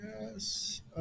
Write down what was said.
yes